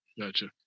Gotcha